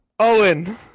Owen